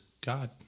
God